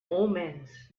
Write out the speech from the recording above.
omens